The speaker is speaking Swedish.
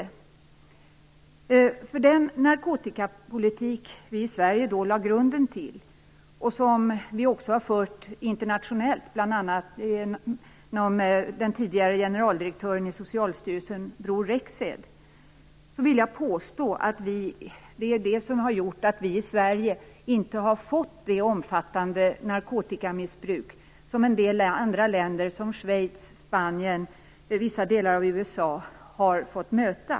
Jag vill påstå att det är den narkotikapolitik som vi i Sverige då lade grunden till och som vi också har fört internationellt, bl.a. genom den tidigare generaldirektören i Socialstyrelsen Bror Rexed, som har gjort att vi inte har fått samma omfattande narkotikamissbruk som en del andra länder - Schweiz, Spanien och vissa delar av USA - har fått möta.